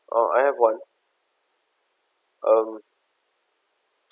oh I have one um